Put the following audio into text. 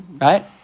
right